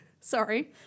Sorry